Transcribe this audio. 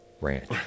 ranch